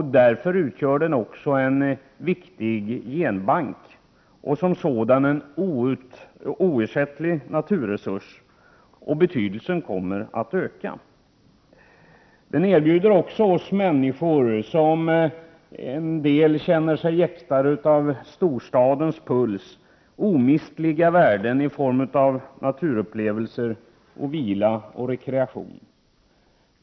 Därför utgör den också en viktig genbank. Som sådan är den en oersättlig naturresurs, och betydelsen kommer att öka. Den erbjuder oss människor, varav en del känner sig jäktade av storstadens puls, omistliga värden i form av naturupplevelser, vila och rekreation.